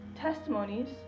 testimonies